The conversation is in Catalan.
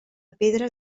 pedra